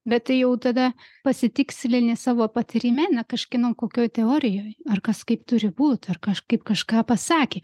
bet tai jau tada pasitikslini savo patyrime ne kažkieno kokioj teorijoj ar kas kaip turi būt ar kažkaip kažką pasakė